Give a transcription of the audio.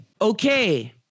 Okay